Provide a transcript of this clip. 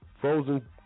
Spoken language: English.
frozen